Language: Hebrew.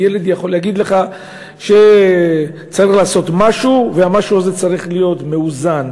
הילד יכול להגיד לך שצריך לעשות משהו והמשהו הזה צריך להיות מאוזן.